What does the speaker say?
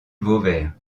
vauvert